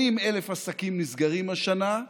80,000 עסקים נסגרים השנה,